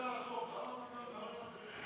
דבר על החוק.